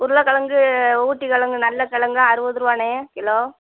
உருளக்கிழங்கு ஊட்டி கிழங்கு நல்ல கிழங்கு அறுபது ருபாண்ணே கிலோ